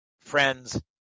friends